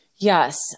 Yes